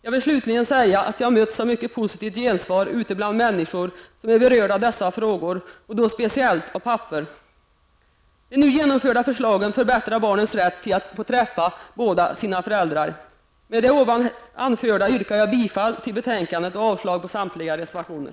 Slutligen vill jag säga att jag mötts av ett positivt gensvar ute bland människor som är berörda av dessa frågor, och då speciellt av pappor. De nu genomförda förslagen förbättrar barnens rätt att få träffa båda sina föräldrar. Med det ovan anförda yrkar jag bifall till utskottets hemställan samt avslag på samtliga reservationer.